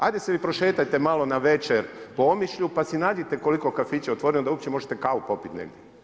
Ajde se vi prošetajte malo navečer po Omišlju pa si nađite koliko je kafića otvoreno da uopće možete kavu popiti negdje.